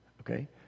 okay